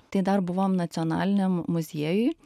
tai dar buvom nacionaliniam muziejuj